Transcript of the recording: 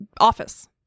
office